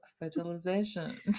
fertilization